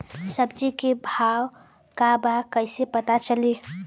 सब्जी के भाव का बा कैसे पता चली?